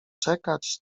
czekać